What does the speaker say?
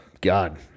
God